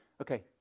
Okay